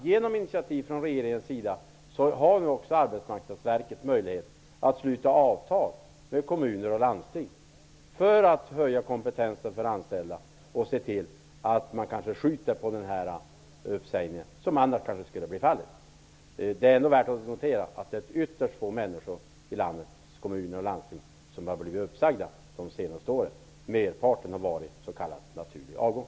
Genom initiativ från regeringens sida har Arbetsmarknadsverket nu möjlighet att sluta avtal med kommuner och landsting för att höja kompetensen bland de anställda och för att se till att uppsägningar skjuts upp som annars kanske skulle ha genomförts. Det är faktiskt värt att notera att ytterst få människor i landets kommuner och landsting har blivit uppsagda under de senaste åren. I flertalet fall har det handlat om s.k. naturlig avgång.